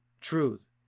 Truth